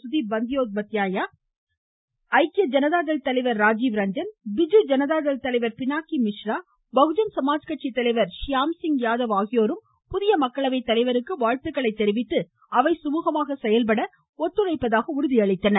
Sudeep Bandyopadhyay ஐக்கிய ஜனதாதள் தலைவா் ராஜீவ் ரஞ்சன் பிஜு ஜனதாதள் பினாக்கி மிஸ்ரா பகுஜன் சமாஜ் கட்சித்தலைவர் ஷ்யாம்சிங் கலைவர் யாகவ் ஆகியோரும் புதிய மக்களவை தலைவருக்கு வாழ்த்துக்களை தெரிவித்து அவை சுமூகமாக செயல்பட ஒத்துழைப்பதாக உறுதியளித்தனர்